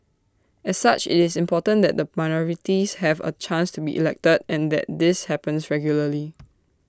as such IT is important that the minorities have A chance to be elected and that this happens regularly